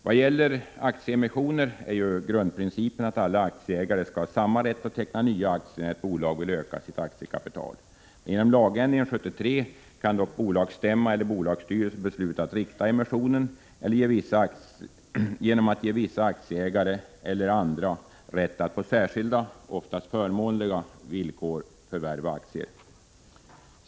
Vad gäller aktieemissioner är ju grundprincipen att alla aktieägare skall ha samma rätt att teckna nya aktier när ett bolag vill öka sitt aktiekapital. Genom lagändringen 1973 kan dock bolagsstämma eller bolagsstyrelse besluta att rikta emissionen genom att ge vissa aktieägare eller andra rätt att på särskilda — oftast förmånliga — villkor förvärva aktier.